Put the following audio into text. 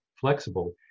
flexible